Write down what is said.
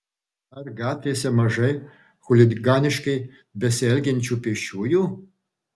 ar gatvėse mažai chuliganiškai besielgiančių pėsčiųjų